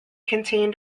contained